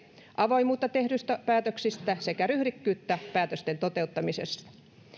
avoimuutta tehdyistä päätöksistä sekä ryhdikkyyttä päätösten toteuttamisessa tämä